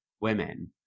women